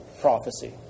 prophecy